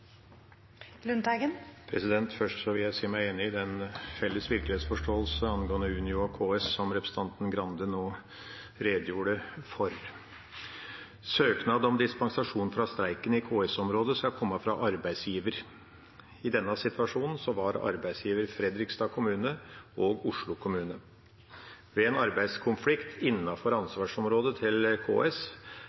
Først vil jeg si meg enig i den felles virkelighetsforståelsen angående Unio og KS som representanten Grande nå redegjorde for. Søknad om dispensasjon fra streiken i KS-området skal komme fra arbeidsgiver. I denne situasjonen var arbeidsgiver Fredrikstad kommune og Oslo kommune. Ved en arbeidskonflikt innenfor ansvarsområdet til KS